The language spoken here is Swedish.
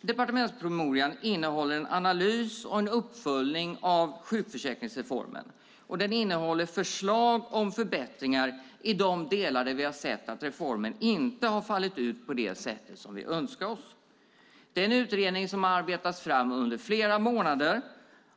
Departementspromemorian innehåller en analys och en uppföljning av sjukförsäkringsreformen och innehåller förslag till förbättringar i de delar där vi har sett att reformen inte har fallit ut på det sätt som vi önskat oss. Det är en utredning som har arbetats fram under flera månader